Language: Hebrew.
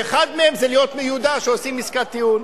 ואחת מהן היא להיות מיודע שעוסקים עסקת טיעון.